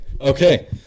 Okay